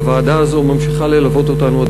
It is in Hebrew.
והוועדה הזאת ממשיכה ללוות אותנו עד